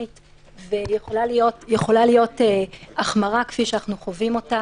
והפלא ופלא, הערב בכיכר בלפור תהיה